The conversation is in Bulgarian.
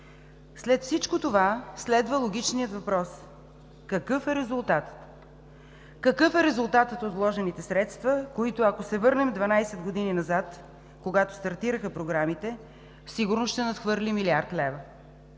След всичко това следва логичният въпрос: какъв е резултатът? Какъв е резултатът от вложените средства, които, ако се върнем 12 години назад, когато стартираха програмите, сигурно ще надхвърли милиард лева?